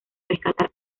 rescatar